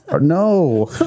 No